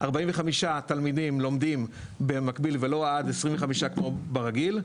45 תלמידים לומדים במקביל ולא עד 25 כמו ברגיל.